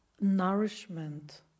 nourishment